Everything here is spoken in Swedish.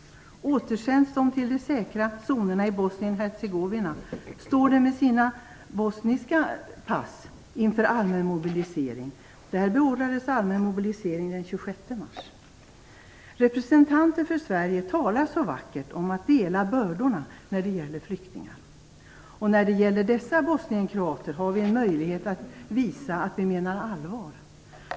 Återsänds de till de säkra zonerna i Bosnien-Hercegovina står de med sin bosniska nationalitet inför allmän mobilisering. Representanter för Sverige talar så vackert om att dela bördorna när det gäller flyktingar. När det gäller dessa bosnienkroater har vi en möjlighet att visa att vi menar allvar.